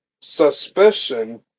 suspicion